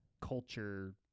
culture